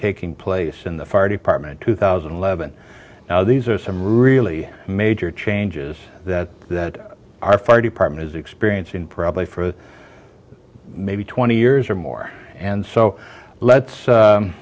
taking place in the fire department two thousand and eleven now these are some really major changes that our fire department has experience in probably for maybe twenty years or more and so let's